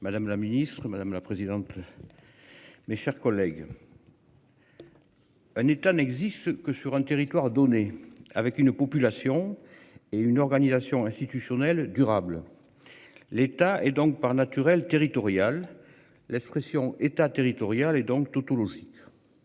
Madame la Ministre, madame la présidente. Mes chers collègues. Un État n'existe que sur un territoire donné, avec une population et une organisation institutionnelle durable. L'État et donc par naturel territoriale l'expression État territoriale et donc tout tout